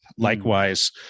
Likewise